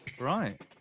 Right